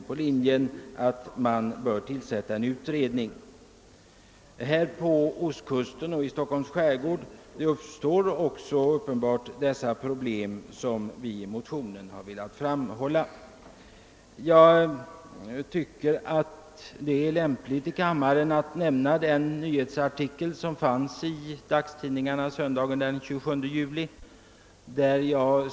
På Ostkusten och i Stockholms skärgård finns uppenbarligen just de problem som vi har berört i vår motion. Jag tycker det är lämpligt att i detta sammanhang nämna en artikel som återfanns i dagstidningarna söndagen den 27 juli i år.